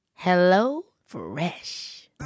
HelloFresh